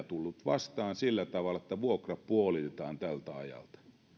tullut vastaan sillä tavalla että vuokra puolitetaan tältä ajalta